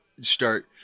start